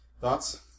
thoughts